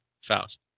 Faust